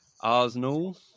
Arsenal